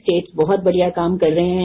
states बहुत बढ़िया काम कर रहे हैं